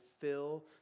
fill